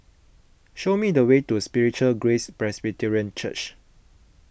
show me the way to Spiritual Grace Presbyterian Church